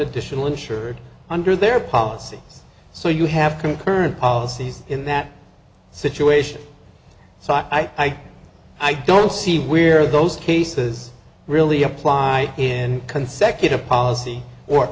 additional insured under their policy so you have concurrent policies in that situation so i i don't see where those cases really apply in consecutive policy or